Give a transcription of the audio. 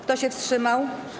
Kto się wstrzymał?